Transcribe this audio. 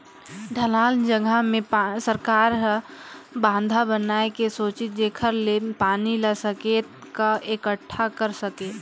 ढलान जघा मे सरकार हर बंधा बनाए के सेचित जेखर ले पानी ल सकेल क एकटठा कर सके